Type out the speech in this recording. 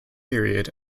period